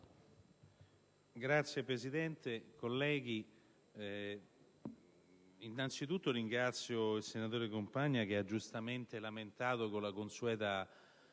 onorevoli colleghi, innanzi tutto ringrazio il senatore Compagna che ha giustamente lamentato, con la consueta